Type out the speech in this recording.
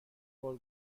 بار